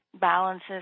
balances